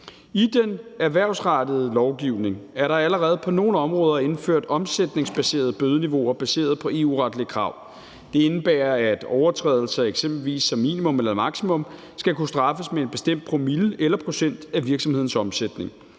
I den erhvervsrettede lovgivning er der allerede på nogle områder indført omsætningsbaserede bødeniveauer baseret på EU-retlige krav. Det indebærer, at overtrædelser eksempelvis som minimum eller maksimum skal kunne straffes med en bestemt promille eller procent af virksomhedens omsætning.